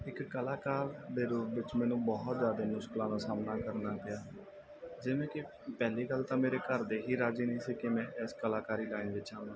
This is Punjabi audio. ਇੱਕ ਕਲਾਕਾਰ ਦੇ ਰੂਪ ਵਿੱਚ ਮੈਨੂੰ ਬਹੁਤ ਜ਼ਿਆਦਾ ਮੁਸ਼ਕਿਲਾਂ ਦਾ ਸਾਹਮਣਾ ਕਰਨਾ ਪਿਆ ਜਿਵੇਂ ਕਿ ਪਹਿਲੀ ਗੱਲ ਤਾਂ ਮੇਰੇ ਘਰ ਦੇ ਹੀ ਰਾਜ਼ੀ ਨਹੀਂ ਸੀ ਕਿ ਮੈਂ ਇਸ ਕਲਾਕਾਰੀ ਲਾਈਨ ਵਿੱਚ ਆਵਾਂ